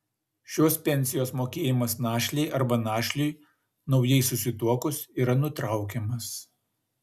šios pensijos mokėjimas našlei arba našliui naujai susituokus yra nutraukiamas